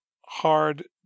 hard